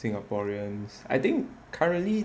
singaporeans I think currently